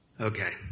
Okay